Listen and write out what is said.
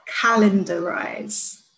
calendarize